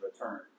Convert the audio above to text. return